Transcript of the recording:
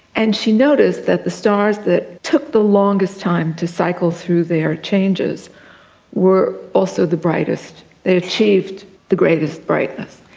and she noticed that the stars that took the longest time to cycle through their changes were also the brightest. they achieved the greatest brightness.